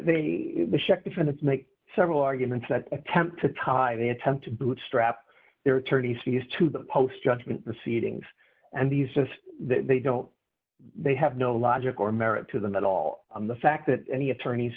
they make several arguments that attempt to tie the attempt to bootstrap their attorneys fees to the post judgement the seedings and these just they don't they have no logic or merit to them at all the fact that any attorney